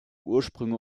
ursprünge